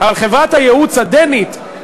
אבל חברת הייעוץ הדנית,